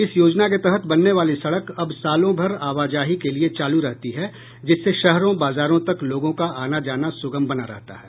इस योजना के तहत बनने वाली सडक अब सालों भर आवाजाही के लिए चालू रहती है जिससे शहरों बाजारों तक लोगों का आना जाना सुगम बना रहता है